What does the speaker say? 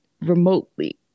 remotely